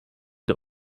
der